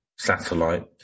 satellite